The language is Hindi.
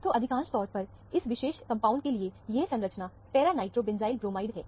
तो अधिकांश तौर पर इस विशेष कंपाउंड के लिए यह संरचना पैरा नाइट्रोबेंजाइलब्रोमाइड है